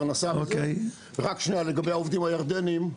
לגבי העובדים הירדנים.